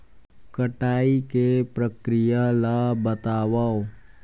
कटाई के प्रक्रिया ला बतावव?